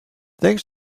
thanks